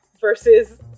versus